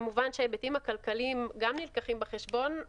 כמובן שההיבטים הכלכליים גם נלקחים בחשבון,